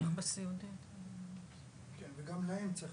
כן, וגם להם צריך